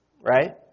right